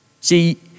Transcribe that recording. See